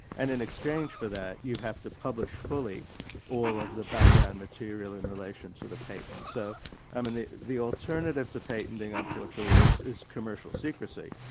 and in exchange for that, you have to publish fully all of the background material in relation to the patent. so um and the the alternative to patenting, unfortunately, is is commercial secrecy.